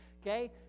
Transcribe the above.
Okay